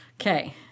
Okay